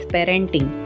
Parenting